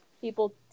people